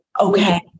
Okay